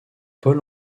paul